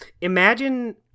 Imagine